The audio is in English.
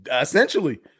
Essentially